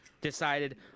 decided